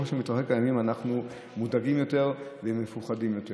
וככל שעוברים הימים אנחנו מודאגים יותר ומפוחדים יותר.